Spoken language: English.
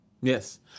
yes